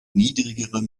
niedrigere